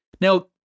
Now